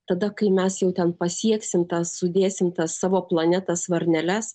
tada kai mes jau ten pasieksim tas sudėsim savo plane tas varneles